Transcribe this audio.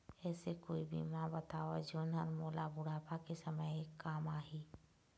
ऐसे कोई बीमा बताव जोन हर मोला बुढ़ापा के समय काम आही?